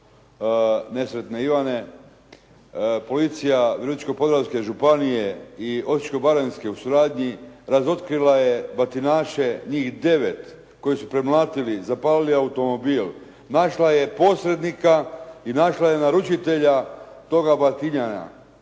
nesretne Ivane, policija Virovitičko-podravske županije i Osiječko-baranjske u suradnji razotkrila je batinaše, njih 9 koji su prematili, zapalili automobil, našla je posrednika i našla je naručitelja toga batinjanja.